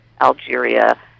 Algeria